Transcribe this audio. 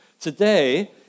Today